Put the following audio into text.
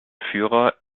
führer